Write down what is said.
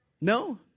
No